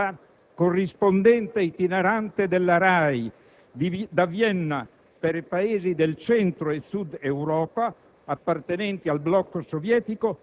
quando negli anni '60, corrispondente itinerante della RAI da Vienna per i Paesi del Centro e Sud Europa,